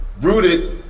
rooted